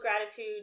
gratitude